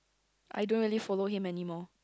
I don't really follow him anymore